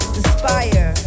inspire